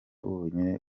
wonyine